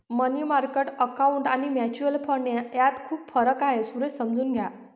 मनी market account आणि mutual fund यात खूप फरक आहे, सुरेश समजून घ्या